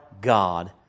God